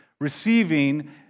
receiving